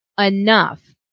enough